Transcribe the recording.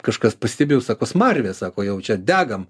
kažkas pastebėjo sako smarvė sako jau čia degam